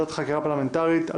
ועדת הפנים אושרה.